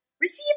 Receive